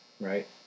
right